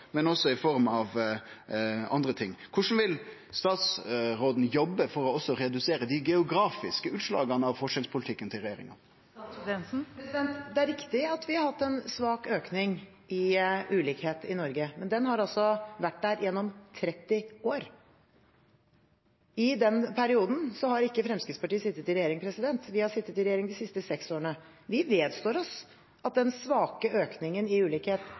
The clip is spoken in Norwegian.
andre ting. Korleis vil statsråden jobbe for også å redusere dei geografiske utslaga av forskjellspolitikken til regjeringa? Det er riktig at vi har hatt en svak økning i ulikhet i Norge, men den har altså vært der gjennom 30 år. I den perioden har ikke Fremskrittspartiet sittet i regjering. Vi har sittet i regjering de siste seks årene. Vi vedstår oss at den svake økningen i ulikhet